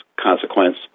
consequence